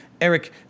Eric